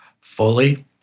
fully